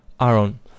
Aaron